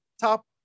top